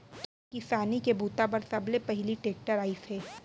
किसानी के बूता बर सबले पहिली टेक्टर आइस हे